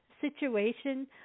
situation